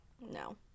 No